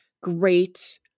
great